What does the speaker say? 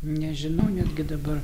nežinau netgi dabar